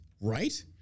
Right